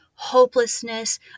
hopelessness